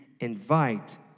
invite